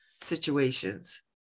situations